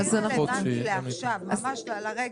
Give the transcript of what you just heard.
אני חושב שהדבר גם יהיה יחסית פשוט כאשר מדובר